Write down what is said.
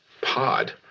pod